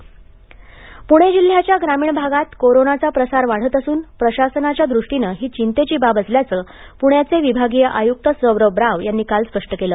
पणे विभाग पूणे जिल्ह्याच्या ग्रामीण भागात कोरोनाचा प्रसार वाढत असून प्रशासनाच्या दृष्टीनं ही चिंतेची बाब असल्याचं पुण्याचे विभागीय आयुक्त सौरभ राव यांनी काल स्पष्ट केलं